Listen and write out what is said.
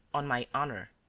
on my honour.